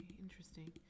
Interesting